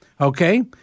Okay